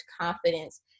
confidence